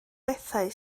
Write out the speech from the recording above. bethau